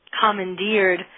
commandeered